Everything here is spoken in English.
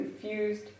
confused